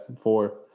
four